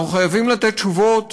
אנחנו חייבים לתת תשובות